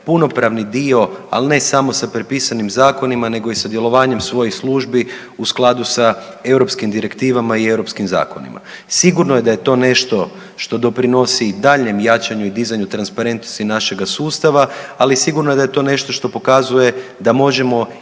punopravni dio, ali ne samo sa prepisanim zakonima, nego i sudjelovanjem svojih službi u skladu sa europskim direktivama i europskim zakonima. Sigurno je da je to nešto što doprinosi daljnjem jačanju i dizanju transparentnosti našega sustava, ali sigurno da je to nešto što pokazuje da možemo i